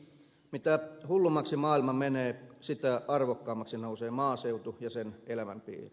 mitä hullummaksi maailma menee sitä arvokkaammaksi nousee maaseutu ja sen elämänpiiri